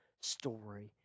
story